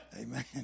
Amen